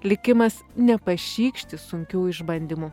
likimas nepašykšti sunkių išbandymų